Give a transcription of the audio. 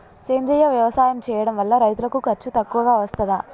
సేంద్రీయ వ్యవసాయం చేయడం వల్ల రైతులకు ఖర్చు తక్కువగా వస్తదా?